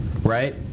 right